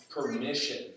permission